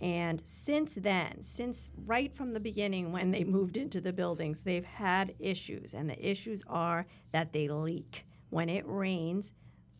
and since then since right from the beginning when they moved into the buildings they've had issues and the issues are that they leak when it rains